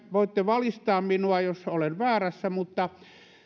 voitte valistaa minua jos olen väärässä mutta